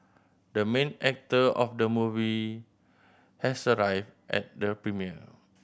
the main actor of the movie has arrived at the premiere